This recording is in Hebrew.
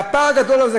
והפער הגדול הזה,